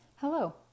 Hello